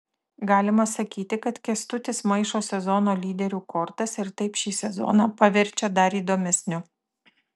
galima sakyti kad kęstutis maišo sezono lyderių kortas ir taip šį sezoną paverčia dar įdomesniu